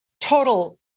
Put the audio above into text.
total